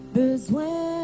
besoin